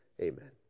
Amen